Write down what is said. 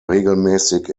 regelmäßig